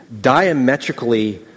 diametrically